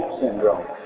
syndrome